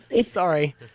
Sorry